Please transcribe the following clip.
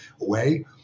away